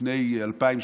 לפני אלפיים שנה,